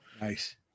nice